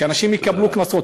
שאנשים יקבלו קנסות,